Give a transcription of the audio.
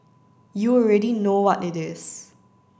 you already know what it is